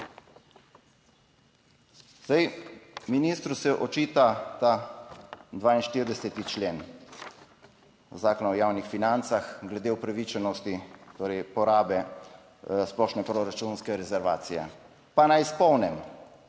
Zdaj ministru se očita ta 42. člen zakona o javnih financah glede upravičenosti torej porabe splošne proračunske rezervacije pa naj spomnim,